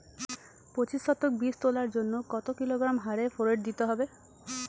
পঁচিশ শতক বীজ তলার জন্য কত কিলোগ্রাম হারে ফোরেট দিতে হবে?